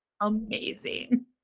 amazing